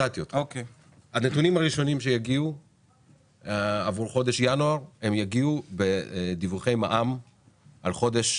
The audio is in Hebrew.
הנתונים הראשונים שיגיעו עבור חודש ינואר יגיעו בדיווחי מע"מ בחודש